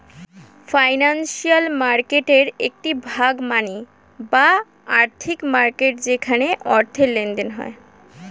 financial মার্কেটের একটি ভাগ মানি বা আর্থিক মার্কেট যেখানে অর্থের লেনদেন হয়